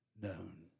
known